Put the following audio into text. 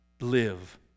live